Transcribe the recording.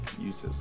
users